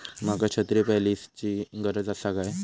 माका छत्री पॉलिसिची गरज आसा काय?